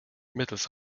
mittels